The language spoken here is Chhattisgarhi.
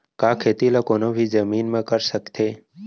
का खेती ला कोनो भी जमीन म कर सकथे?